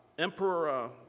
emperor